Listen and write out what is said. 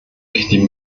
die